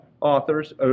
authors